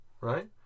Right